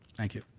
thank you.